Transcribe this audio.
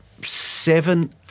seven